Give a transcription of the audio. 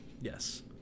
yes